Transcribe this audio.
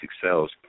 cells